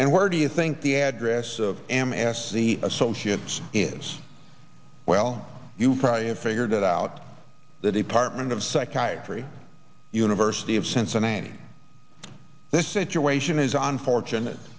and where do you think the address of m s c associates is well you probably have figured it out the department of psychiatry university of cincinnati this situation is unfortunate